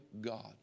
God